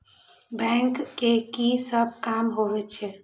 Bank के की सब काम होवे छे?